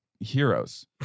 heroes